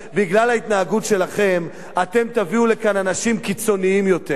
בגלל ההתנהגות שלכם אתם תביאו לכאן אנשים קיצוניים יותר,